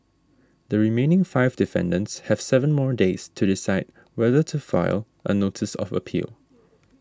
the remaining five defendants have seven more days to decide whether to file a notice of appeal